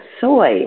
soy